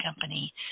company